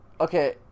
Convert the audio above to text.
Okay